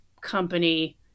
company